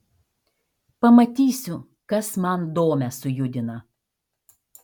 pamatysiu kas man domę sujudina